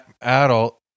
adult